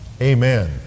amen